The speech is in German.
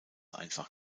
einfach